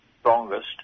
strongest